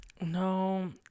No